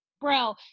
Bro